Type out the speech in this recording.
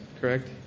correct